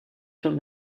from